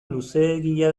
luzeegia